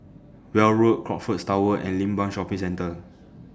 Weld Road Crockfords Tower and Limbang Shopping Centre